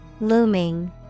Looming